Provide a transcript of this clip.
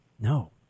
no